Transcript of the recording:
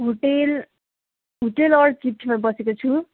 hotel hotel अर्किडमा बसेको छु